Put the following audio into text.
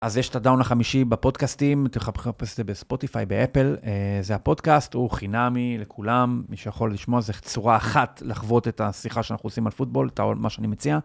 אז יש את הדאון החמישי בפודקאסטים, אתם יכולים לחפש את זה בספוטיפיי, באפל. זה הפודקאסט, הוא חינמי לכולם, מי שיכול לשמוע איזה צורה אחת לחוות את השיחה שאנחנו עושים על פוטבול, את מה שאני מציע